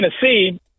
Tennessee